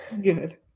Good